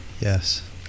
yes